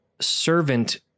servant